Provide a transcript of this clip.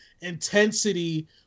intensity